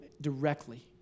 directly